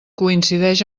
coincideix